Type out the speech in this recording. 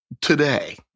today